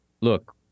look